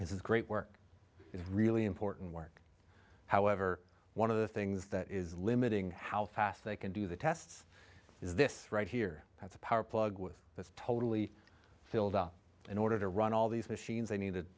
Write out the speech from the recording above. this is great work it's really important work however one of the things that is limiting how fast they can do the tests is this right here that's a power plug with this totally filled up in order to run all these machines they needed